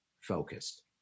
focused